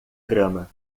grama